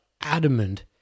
adamant